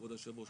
כבוד היושב ראש,